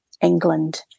England